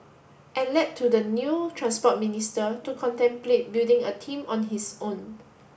and led to the new Transport Minister to contemplate building a team on his own